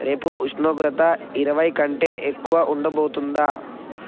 రేపు ఉష్ణోగ్రత ఇరవై కంటే ఎక్కువ ఉండబోతోందా